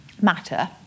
Matter